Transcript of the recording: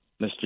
Mr